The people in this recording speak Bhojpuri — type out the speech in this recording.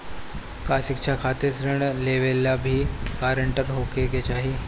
का शिक्षा खातिर ऋण लेवेला भी ग्रानटर होखे के चाही?